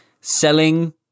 Selling